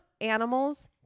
animals